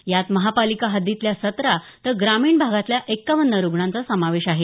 यात महापालिका हद्दीतल्या सतरा तर ग्रामीण भागातल्या एक्कावन्न जणांचा समावेश आहे